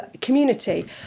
community